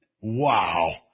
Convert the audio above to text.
Wow